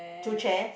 two chairs